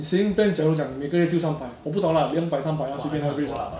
你 saving plan 假如讲每个月丢三百我不懂啦两百三百啦随便他丢